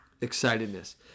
excitedness